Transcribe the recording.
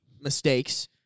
mistakes